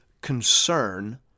concern